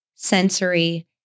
sensory